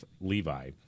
Levi